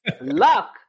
luck